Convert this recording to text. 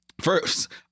first